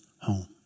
home